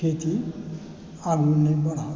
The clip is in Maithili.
खेती आगू नहि बढ़त